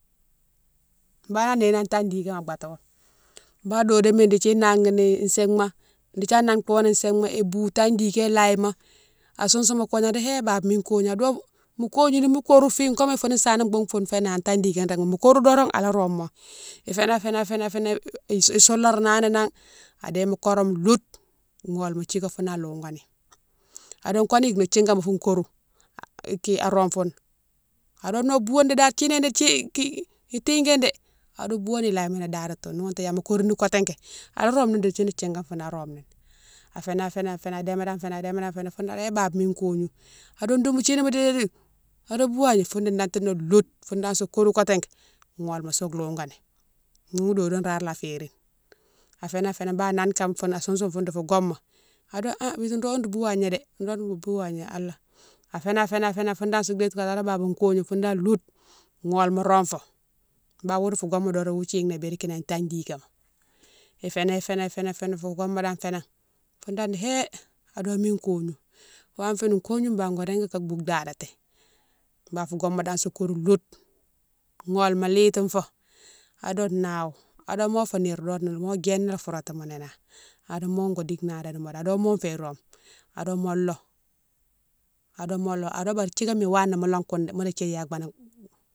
Banan a nighine ni kinan tagne dikema a batawo, ba dodoma dékdi naguini isig-ma, dékdi a nantighone sig-ma ibou tagne diké laye ma, asousoune kogné adi hé baba mine kognou ado mo kougnou nimo kourou fine ko mo yike fou sane boufoune fénan an tagne dikema rég-ma, mo korou doron ala rome mo, ifénan, fénan. fénan fénan, isourla nani nan adéma korome loute, gholma thiga foune alogani ado ko no yike no thigama foune kourou a rome foune, ado no boughoni dane thiné ni itiké dé, ado boughani laye ma no dadatone ni ghouténe gnama korine kotéké ala rome ni di thini thigane foni rome ni, afénan fénan fénan adéma dane fénan, adéma dane fénan foune di hé baba mine kognou, ado doumo thini mo dédi, ado bou wagna foune nantiné loude foune dane so korou koté ké, gholma si loukani, boughoune dodo rare la férine, afénan, fénan bane nane kane foune a sousoune fou difo goma ado ha biti nro ro bou wagna dé, nro ro bou wagna allah, afénan, fénan, fénan fou dane sa déti ado baba kognou foune dane loute, gholma rome fo, bane woufou goma doron wou thine lé biri kine nan tagne dikéma, ifénan fénan, ifénan fénan, fou goma dane fénan fou dane di hé ado mine kognou, wama féni kognou bane go régui ka bou dadati bane fou goma dane sou kourou loute, gholma litine fo ado nawo, ado mo fé nire dode nalé mo djéna lé fouratimo nénane ado mo go dike nada di modo ado mo féyi rome ado mo loh ado mo loh ado bari thigane mo wana mo loh koune dé.